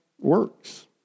works